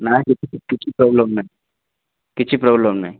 ନା କିଛି ପ୍ରୋବ୍ଲେମ୍ ନାହିଁ କିଛି ପ୍ରୋବ୍ଲେମ୍ ନାହିଁ